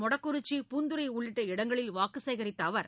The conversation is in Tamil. மொடக்குறிச்சி பூந்துறை உள்ளிட்ட இடங்களில் வாக்கு சேகரித்த அவர்